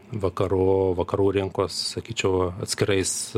vakarų vakarų rinkos sakyčiau atskirais